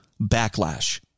backlash